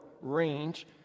range